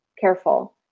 careful